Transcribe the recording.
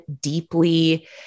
deeply